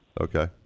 Okay